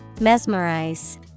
Mesmerize